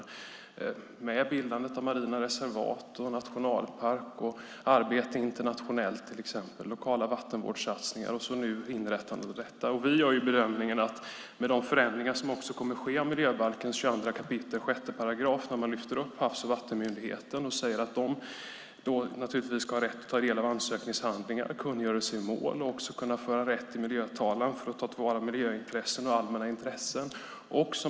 Det handlar om till exempel bildandet av marina reservat och nationalpark, arbete internationellt och lokala vattenvårdssatsningar och nu inrättandet av detta. Vi gör bedömningen att de förändringar som kommer att ske av miljöbalkens 22 kap. 6 § gör att man lyfter upp Havs och vattenmyndigheten och säger att den ska ha rätt att ta del av ansökningshandlingar och kungörelse i mål och också rätt att föra talan för att ta till vara miljöintressen och allmänna intressen.